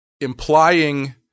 implying –